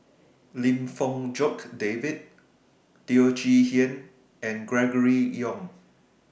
Lim Fong Jock David Teo Chee Hean and Gregory Yong